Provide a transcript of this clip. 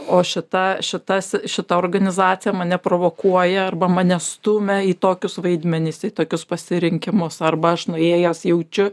o šita šitas šita organizacija mane provokuoja arba mane stumia į tokius vaidmenis į tokius pasirinkimus arba aš nuėjęs jaučiu